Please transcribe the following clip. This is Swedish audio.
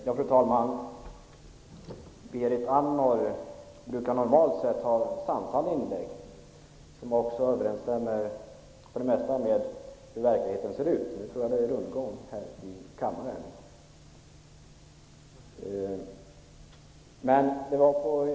Fru talman! Berit Andnor brukar normalt sett göra sansade inlägg som överensstämmer med verkligheten.